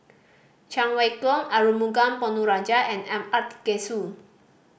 Cheng Wai Keung Arumugam Ponnu Rajah and M